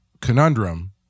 conundrum